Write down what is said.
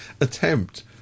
attempt